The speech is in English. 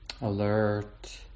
alert